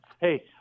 Hey